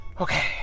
Okay